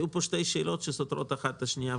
היו פה שתי שאלות שסותרות האחת את השנייה,